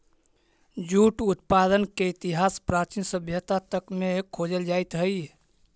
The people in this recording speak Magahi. जूट उत्पादन के इतिहास प्राचीन सभ्यता तक में खोजल जाइत हई